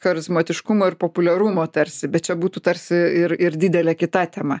charizmatiškumo ir populiarumo tarsi bet čia būtų tarsi ir ir didelė kita tema